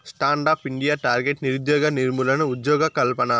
stand up India target నిరుద్యోగ నిర్మూలన, ఉజ్జోగకల్పన